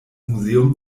museum